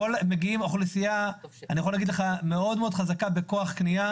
מגיעה אוכלוסייה עם כוח קנייה